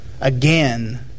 Again